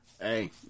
Hey